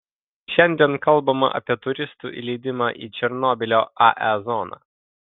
šiandien kalbama apie turistų įleidimą į černobylio ae zoną